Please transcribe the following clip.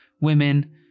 women